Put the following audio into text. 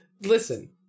Listen